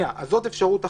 זאת אפשרות אחת.